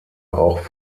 auch